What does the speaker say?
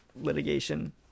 litigation